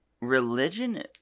religion